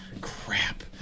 crap